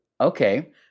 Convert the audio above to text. Okay